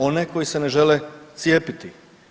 One koji se ne žele cijepiti.